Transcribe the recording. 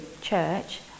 church